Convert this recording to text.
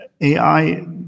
AI